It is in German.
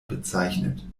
bezeichnet